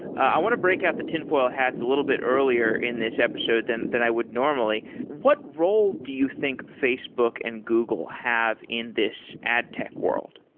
i want to break at the tinfoil hats a little bit earlier in this episode than than i would normally. what role do you think facebook and google have in this ad tech world?